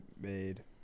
made